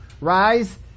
Rise